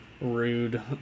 rude